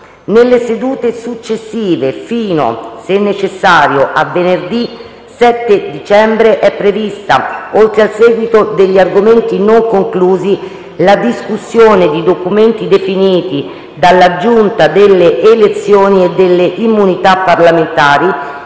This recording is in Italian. Nelle sedute successive, fino - se necessario - a venerdì 7 dicembre, è prevista, oltre al seguito degli argomenti non conclusi, la discussione di documenti definiti dalla Giunta delle elezioni e delle immunità parlamentari,